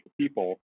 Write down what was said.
people